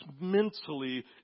mentally